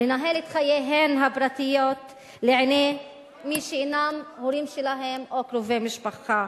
לנהל את חייהן הפרטיים לעיני מי שאינם הורים שלהם או קרובי משפחה.